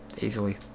easily